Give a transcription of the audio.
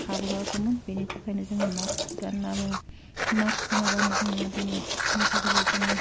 हाबहोआखोमोन बिनि थाखायनो जोङो मास्क गाननाबो मास्क गानाबानो जोङो दिनै मेडिकेलाव जोङो